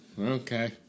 Okay